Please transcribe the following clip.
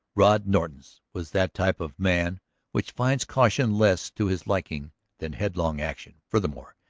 rod norton's was that type of man which finds caution less to his liking than headlong action furthermore,